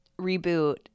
reboot